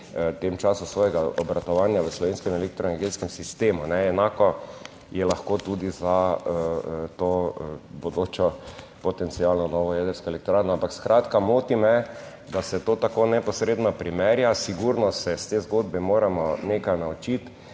tem času svojega obratovanja v slovenskem elektroenergetskem sistemu, enako je lahko tudi za to bodočo, potencialno novo jedrsko elektrarno, ampak skratka, moti me, da se to tako neposredno primerja. Sigurno se iz te zgodbe moramo nekaj naučiti,